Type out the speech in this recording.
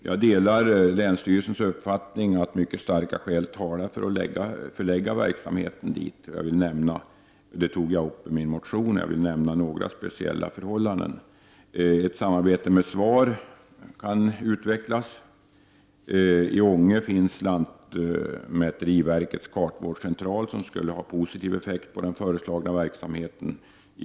Jag delar länsstyrelsens uppfattning att mycket starka skäl talar för att förlägga denna verksamhet till Ljungaverk, och jag har framfört dessa i en motion. Ett samarbete med SVAR kan utvecklas. I Ånge finns lantmäteriverkets kartvårdscentral, som skulle ha en positiv effekt på den föreslagna verksamheten.